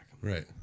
right